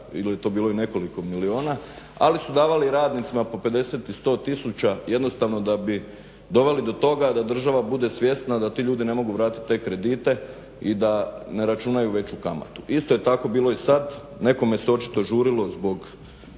ili je to bilo i nekoliko milijuna ali su davali radnicima po 50 i 100 tisuća jednostavno da bi doveli do toga da država bude svjesna da ti ljudi ne mogu vratiti te kredite i da ne računaju veću kamatu. Isto je tako bilo i sada, nekome su očito žurilo zbog